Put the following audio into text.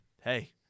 hey